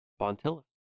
Bontilla